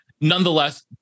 nonetheless